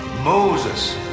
Moses